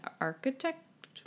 architect